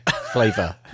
flavor